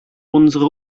unsere